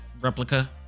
replica